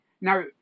Now